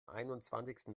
einundzwanzigsten